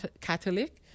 Catholic